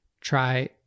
try